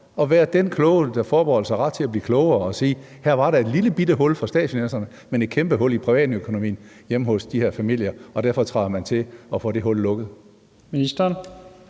at være den kloge, der forbeholder sig ret til at blive klogere og sige: Her var der et lillebitte hul for statsfinanserne, men et kæmpe hul i privatøkonomien hjemme hos de her familier, og derfor træder man til og får det hul lukket. Kl.